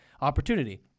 opportunity